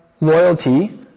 loyalty